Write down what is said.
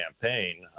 campaign